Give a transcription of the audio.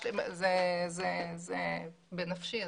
זה בנפשי.